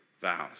vows